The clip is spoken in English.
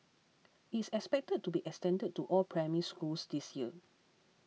it is expected to be extended to all Primary Schools this year